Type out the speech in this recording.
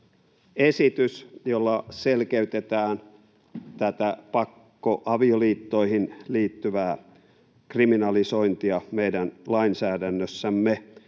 esitys, jolla selkeytetään tätä pakkoavioliittoihin liittyvää kriminalisointia meidän lainsäädännössämme.